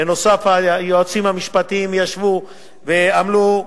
בנוסף, היועצים המשפטיים ישבו ועמלו.